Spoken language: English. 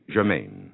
Germain